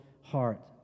heart